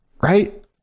right